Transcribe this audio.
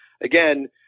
again –